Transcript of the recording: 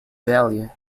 value